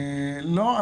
לא,